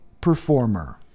performer